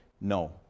no